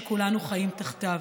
שכולנו חיים תחתיו.